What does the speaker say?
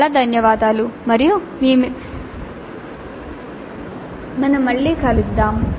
చాలా ధన్యవాదాలు మరియు మేము మిమ్మల్ని మళ్ళీ కలుస్తాము